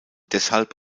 deshalb